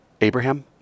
Abraham